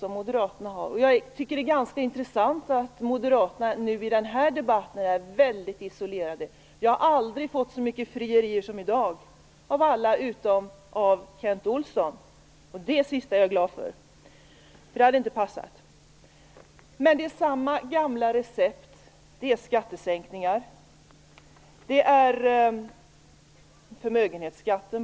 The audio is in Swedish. Jag tycker att det är ganska intressant att Moderaterna är väldigt isolerade i den här debatten. Jag har aldrig fått så många frierier som i dag, av alla utom av Kent Olsson. Det sista är jag glad för, därför att det hade inte passat.